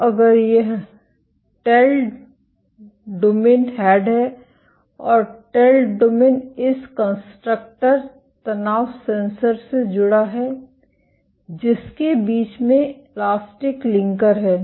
तो अगर यह टेल डोमेन हेड है और टेल डोमेन इस कंस्ट्रक्टर तनाव सेंसर से जुड़ा है जिसके बीच में इलास्टिक लिंकर है